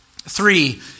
Three